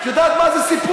את יודעת מה זה סיפוח?